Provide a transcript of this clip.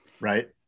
Right